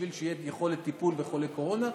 בשביל שתהיה יכולת טיפול בחולי קורונה.